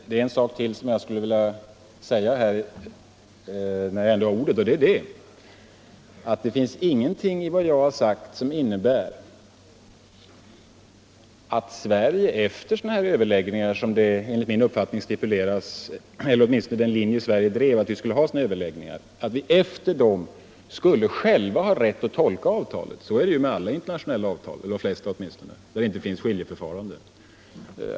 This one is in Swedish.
Det är en sak till som jag skulle vilja framföra när jag ändå har ordet, och det är att det inte finns någonting i vad jag har sagt som innebär att vi i Sverige efter sådana överläggningar, som enligt min mening stipuleras — eller som åtminstone enligt den linje som Sverige drev skulle föras — själva skulle ha rätt att tolka avtalet. Så är det ju med alla internationella avtal där det inte finns skiljeförfarande.